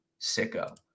sicko